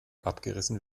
abgerissen